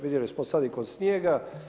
Vidjeli smo sada i kod snijega.